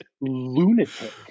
lunatic